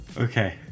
Okay